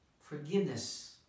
forgiveness